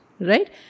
right